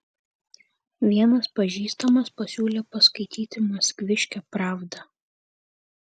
vienas pažįstamas pasiūlė paskaityti maskviškę pravdą